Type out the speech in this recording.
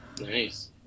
Nice